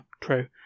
true